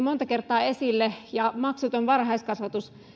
monta kertaa nostettu esille lapsiperheiden asiat ja maksuton varhaiskasvatus